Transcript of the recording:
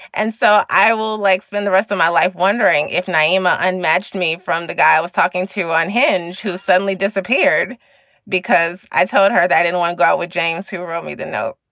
and so i will, like, spend the rest of my life wondering if nyima unmatched me from the guy i was talking to on hand who suddenly disappeared because i told her that i didn't want to go out with james, who wrote me the note,